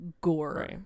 gore